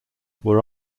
were